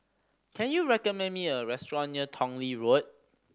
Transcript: can you recommend me a restaurant near Tong Lee Road